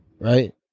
right